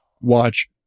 watch